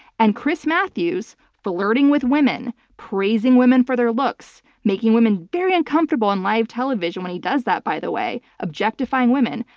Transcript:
and chris matthews flirting with women, praising women for their looks, making women very uncomfortable on live television when he does that by the way, objectifying women,